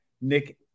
Nick